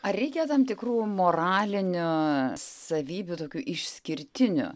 ar reikia tam tikrų moralinių savybių tokių išskirtinių